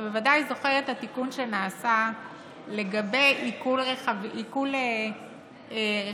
אתה ודאי זוכר את התיקון שנעשה לגבי עיקול כלי רכב,